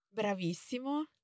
Bravissimo